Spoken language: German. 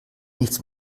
nichts